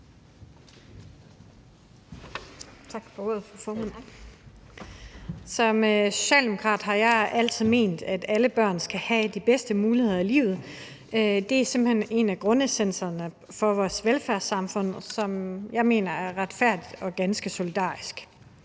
Som socialdemokrat har jeg altid ment, at alle børn skal have de bedste muligheder i livet. Det er simpelt hen en af grundessenserne i vores velfærdssamfund, som jeg mener er retfærdigt og ganske solidarisk.